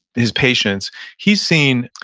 his patients he's seen,